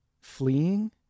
Fleeing